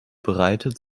bereitet